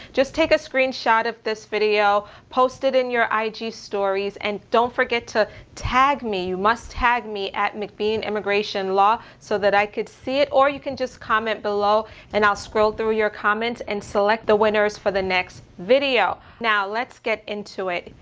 just take a screenshot of this video posted in your ige stories. and don't forget to tag me. you must have me at mcmeen immigration law so that i could see it. or you can just comment below and i'll scroll through your comments and select the winners for the next video. now let's get into it.